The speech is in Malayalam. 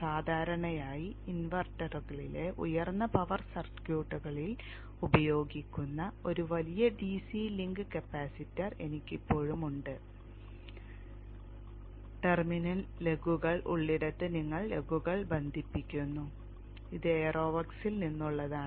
സാധാരണയായി ഇൻവെർട്ടുകളിലെ ഉയർന്ന പവർ സർക്യൂട്ടുകളിൽ ഉപയോഗിക്കുന്ന ഒരു വലിയ ഡിസി ലിങ്ക് കപ്പാസിറ്റർ എനിക്കിപ്പോഴും ഉണ്ട് ടെർമിനൽ ലഗുകൾ ഉള്ളിടത്ത് നിങ്ങൾ ലഗുകൾ ബന്ധിപ്പിക്കുന്നു ഇത് എയറോവോക്സിൽ നിന്നുള്ളതാണ്